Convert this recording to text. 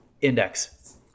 index